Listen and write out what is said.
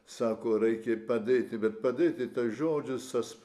sako reikia padėti bet padėti tuos žodžius